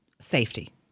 safety